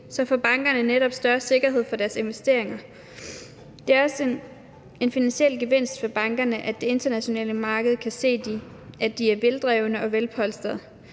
Så får bankerne netop større sikkerhed for deres investeringer. Det er jo sådan, at det er en finansiel gevinst for bankerne, at det internationale marked kan se, at de er veldrevne og velpolstrede.